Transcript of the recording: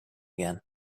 again